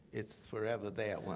its forever there once